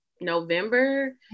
November